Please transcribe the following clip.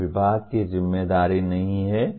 वे विभाग की जिम्मेदारी नहीं हैं